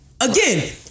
Again